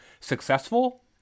successful